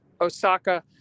Osaka